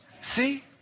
See